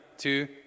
two